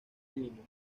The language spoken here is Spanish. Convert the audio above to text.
illinois